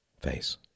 face